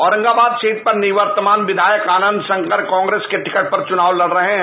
Aurangabad seat पर निवर्तमान विधायक आनंद शंकर कांग्रेस के टिकट पर चुनाव लड रहे हैं